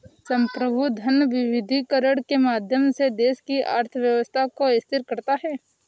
संप्रभु धन विविधीकरण के माध्यम से देश की अर्थव्यवस्था को स्थिर करता है